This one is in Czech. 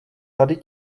tady